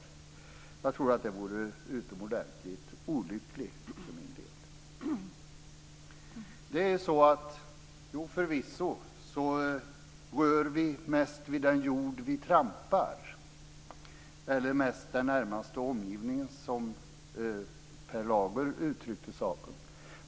Jag tror för min del att det vore utomordentligt olyckligt. Förvisso rör vi mest vid den jord vi trampar, eller mest den närmaste omgivningen, som Per Lager uttryckte saken.